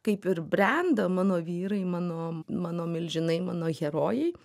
kaip ir brendą mano vyrai mano mano milžinai mano herojai